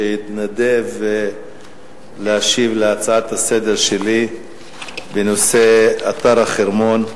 שהתנדב להשיב על ההצעה לסדר-היום שלי בנושא אתר החרמון.